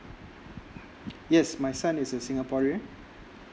yes my son is a singaporean